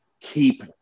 keep